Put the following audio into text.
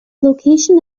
location